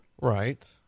Right